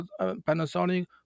Panasonic